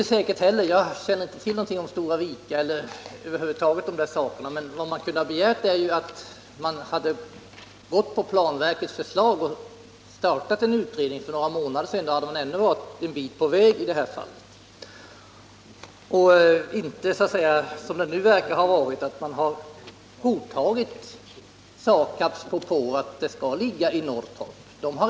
Jag känner inte till någonting om exempelvis Stora Vika, men vad man kunnat begära är att regeringen hade gått på planverkets förslag och startat en utredning för några månader sedan. Då hade man ändå varit en bit på väg nu. I stället verkar man ha godtagit SAKAB:s propå om att anläggningen skall ligga i Norrtorp.